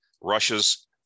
Russia's